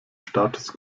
status